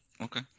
okay